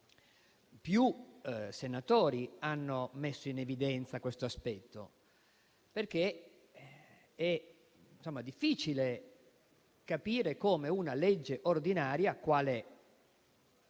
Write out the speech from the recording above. più senatori hanno messo in evidenza questo aspetto. È difficile capire come una legge ordinaria, qual è